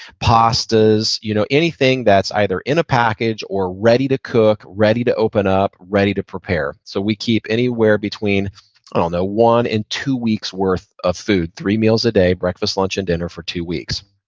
pastas, you know anything that's either in a package or ready to cook, ready to open up, ready to prepare. so we keep anywhere between, i don't know, one and two weeks' worth of food, three meals a day, breakfast, lunch, and dinner for two weeks.